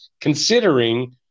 considering